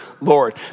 Lord